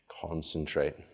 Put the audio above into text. Concentrate